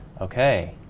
Okay